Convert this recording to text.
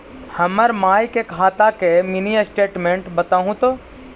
हमर माई के खाता के मीनी स्टेटमेंट बतहु तो?